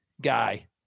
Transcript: guy